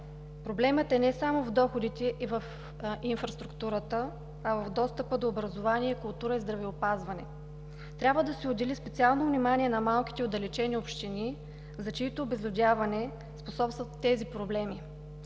Проблемът е не само в доходите и в инфраструктурата, а в достъпа до образование, култура и здравеопазване. Трябва да се отдели специално внимание на малките отдалечени общини, за чието обезлюдяване способстват тези проблеми.